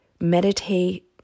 meditate